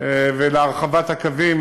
ולהרחבת הקווים.